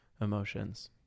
emotions